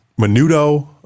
Menudo